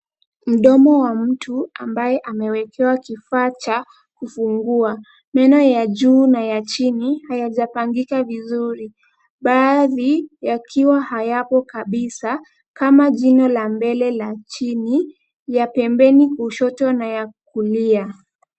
Mdomo wa mtu ambaye amewekewa kifaa cha kufungua. Meno ya juu na ya chini hayajapangika vizuri. Baadhi yakiwa hayapo kabisa kama jino la mbele la chini la pembeni kushoto na la kulia.